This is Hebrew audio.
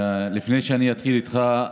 לפני שאני אתחיל איתך,